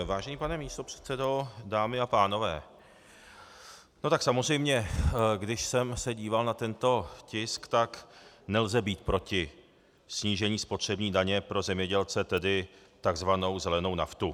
Vážený pane místopředsedo, dámy a pánové, no tak samozřejmě když jsem se díval na tento tisk, tak nelze být proti snížení spotřební daně pro zemědělce, tedy takzvanou zelenou naftu.